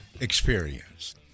experience